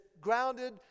grounded